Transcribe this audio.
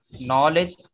knowledge